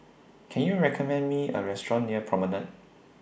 Can YOU recommend Me A Restaurant near Promenade